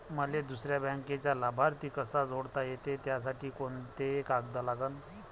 मले दुसऱ्या बँकेचा लाभार्थी कसा जोडता येते, त्यासाठी कोंते कागद लागन?